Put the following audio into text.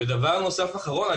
דבר נוסף אחרון.